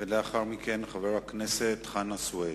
ולאחר מכן, חבר הכנסת חנא סוייד.